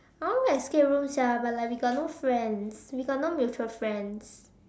I want go escape room sia but like we got no friends we got no mutual friends